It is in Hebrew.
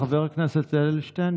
חבר הכנסת אדלשטיין,